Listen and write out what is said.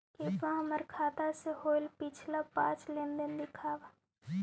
कृपा हमर खाता से होईल पिछला पाँच लेनदेन दिखाव